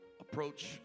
approach